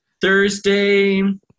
thursday